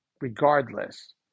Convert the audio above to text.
regardless